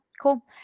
cool